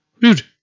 Dude